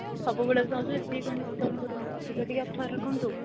ସବୁବେଳେ ତ ନଉଛୁ ଏତିକି କ'ଣ ଡ଼ିସକାଉଣ୍ଟ୍ କରୁଛନ୍ତି ଅଧିକ ଟିକେ ଅଫର୍ ରଖନ୍ତୁ